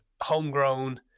homegrown